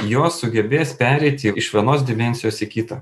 juos sugebės pereiti iš vienos dimensijos į kitą